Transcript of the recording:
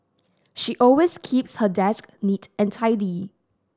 she always keeps her desk neat and tidy